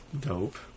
Dope